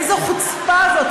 איזו חוצפה זאת,